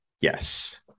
Yes